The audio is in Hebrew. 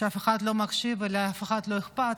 כשאף אחד לא מקשיב ולאף אחד לא אכפת,